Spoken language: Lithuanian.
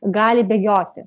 gali bėgioti